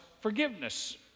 forgiveness